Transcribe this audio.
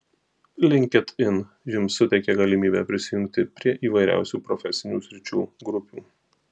linkedin jums suteikia galimybę prisijungti prie įvairiausių profesinių sričių grupių